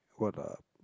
what are